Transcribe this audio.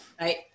right